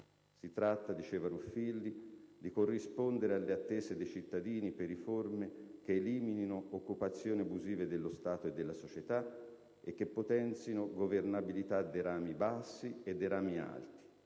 «Si tratta» - diceva Ruffilli - «di corrispondere alle attese dei cittadini per riforme che eliminino occupazioni abusive dello Stato e della società e che potenzino governabilità dei rami bassi e dei rami alti